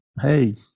hey